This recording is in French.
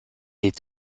est